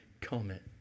comment